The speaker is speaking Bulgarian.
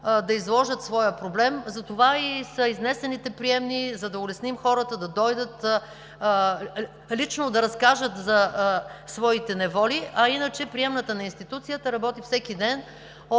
да изложат своя проблем, затова са и изнесените приемни, за да улесним хората да дойдат, лично да разкажат за своите неволи, а иначе приемната на институцията работи всеки ден